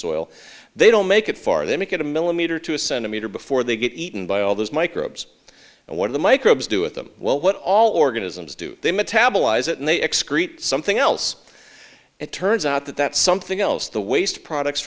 soil they don't make it far they make it a millimeter to a centimeter before they get eaten by all those microbes and what are the microbes do with them well what all organisms do they metabolize it and they excrete something else it turns out that that's something else the waste products